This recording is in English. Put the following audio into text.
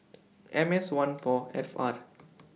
M S one four F R